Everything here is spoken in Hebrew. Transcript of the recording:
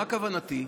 למה כוונתי?